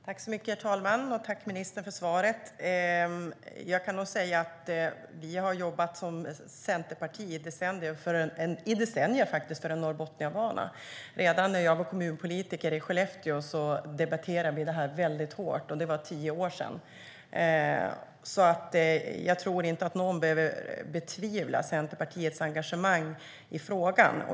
STYLEREF Kantrubrik \* MERGEFORMAT Svar på interpellationerHerr talman! Tack, ministern, för svaret! Jag kan nog säga att Centerpartiet har jobbat i decennier för en Norrbotniabana. Redan när jag var kommunpolitiker i Skellefteå debatterade vi det här hårt, och det var tio år sedan. Jag tror inte att någon behöver betvivla Centerpartiets engagemang i frågan.